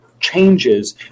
Changes